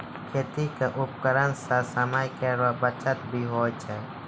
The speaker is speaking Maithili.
खेती क उपकरण सें समय केरो बचत भी होय छै